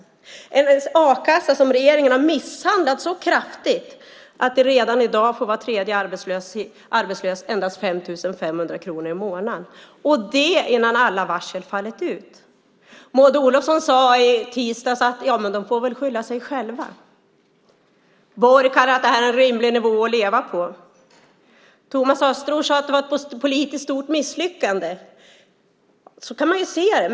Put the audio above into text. Det är den a-kassa som regeringen har misshandlat så kraftigt att redan i dag får var tredje arbetslös endast 5 500 kronor i månaden, och det innan alla varsel fallit ut. Maud Olofsson sade i tisdags: Ja, men de får väl skylla sig själva. Borg säger att det här är en rimlig nivå att leva på. Thomas Östros sade att det var ett politiskt stort misslyckande. Så kan man se det.